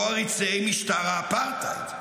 או עריצי משטר האפרטהייד.